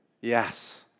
Yes